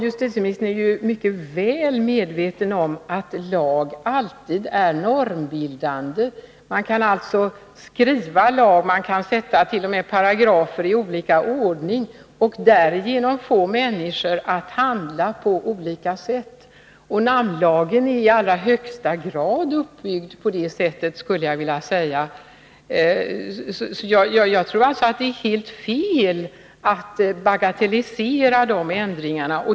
Justitieministern är mycket väl medveten om att lag alltid är normbildande. Man kan alltså skriva lag på varierande sätt, man kan t.o.m. sätta paragrafer i olika ordning och därigenom få människor att handla på olika sätt. Namnlagen är i allra högsta grad uppbyggd på det sättet, skulle jag vilja säga. Jag tror alltså att det är helt fel att bagatellisera ändringarna.